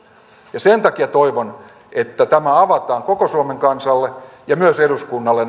sen takia toivon että näin ollen avataan koko suomen kansalle ja myös eduskunnalle